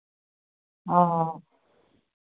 ᱦᱚᱸ